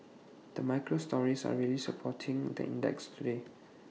the micro stories are really supporting the index today